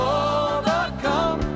overcome